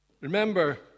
Remember